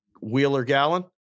Wheeler-Gallon